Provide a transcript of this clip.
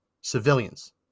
civilians